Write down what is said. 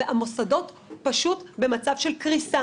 והמוסדות פשוט במצב של קריסה.